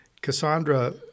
Cassandra